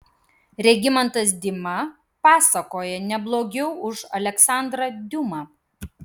regimantas dima pasakoja ne blogiau už aleksandrą diuma